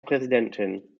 präsidentin